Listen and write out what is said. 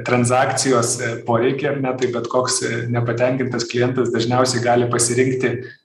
tranzakcijos poreikį ar ne tai bet koks nepatenkintas klientas dažniausiai gali pasirinkti